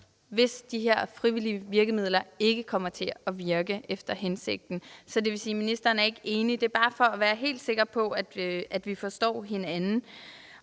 hvis de her frivillige virkemidler ikke kommer til at virke efter hensigten. Så det vil sige, at ministeren ikke er enig i det første. Det er bare for at være helt sikker på, at vi forstår hinanden